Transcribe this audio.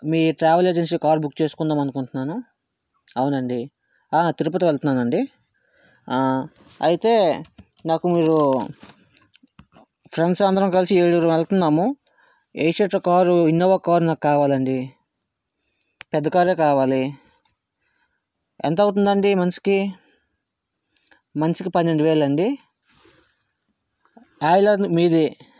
మీ travel agency call book చేసుకుందాం దామను కుంటున్నాను అవునండి తిరుపతి వెళుతున్నాను అండి అయితే నాకు మీరు ఫ్రెండ్స్ అందరం కలిసి ఏడుగురం వెళ్తున్నాము ఏషియా టు కారు ఇన్నోవా కార్ నాకు కావాలండి పెద్ద కారే కావాలి ఎంత అవుతుంది అండి మనిషికి మంచికి పన్నెండు వేల అండి ఆయిల్యేన మీది